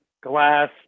glass